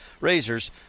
razors